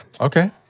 Okay